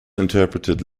interpreted